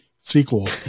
sequel